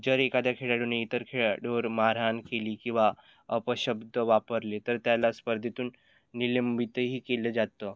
जर एखाद्या खेळाडूने इतर खेळाडूवर मारहाण केली किंवा अपशब्द वापरले तर त्याला स्पर्धेतून निलंबितही केलं जातं